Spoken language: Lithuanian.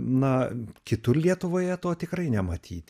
na kitur lietuvoje to tikrai nematyti